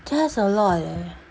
that's a lot eh